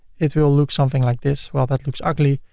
it will look something like this. well, that looks ugly.